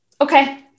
okay